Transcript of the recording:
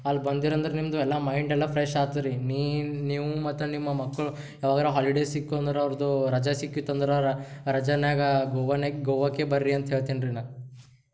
ಅಲ್ಲಿ ಬಂದಿರಂದ್ರೆ ನಿಮ್ಮದು ಎಲ್ಲ ಮೈಂಡೆಲ್ಲ ಫ್ರೆಶ್ ಆತ್ ರೀ ನೀವು ಮತ್ತು ನಿಮ್ಮ ಮಕ್ಕಳು ಯಾವಾಗಾರೂ ಹಾಲಿಡೇಸ್ ಸಿಕ್ಕು ಅಂದ್ರೆ ಅವ್ರದ್ದೂ ರಜೆ ಸಿಕ್ಕಿತು ಅಂದ್ರೆ ರಜೆನಾಗ ಗೋವಾನಾಗ ಗೋವಾಕ್ಕೆ ಬನ್ರಿ ಅಂತ ಹೇಳ್ತೀನಿ ರೀ ನಾ